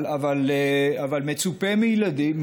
אבל מצופה מילדים,